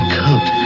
coat